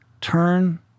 turn